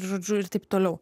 žodžiu ir taip toliau